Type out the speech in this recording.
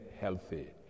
healthy